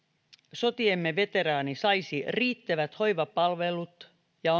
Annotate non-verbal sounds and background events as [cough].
sotiemme veteraani saisi riittävät hoivapalvelut ja [unintelligible]